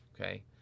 okay